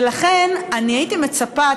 ולכן אני הייתי מצפה,